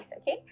okay